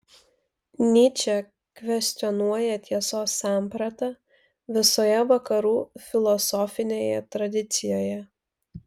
nyčė kvestionuoja tiesos sampratą visoje vakarų filosofinėje tradicijoje